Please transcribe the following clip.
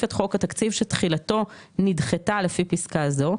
את חוק התקציב שתחילתו נדחתה לפי פסקה זו,